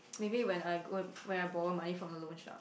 maybe when I go when I borrow money from a loan shark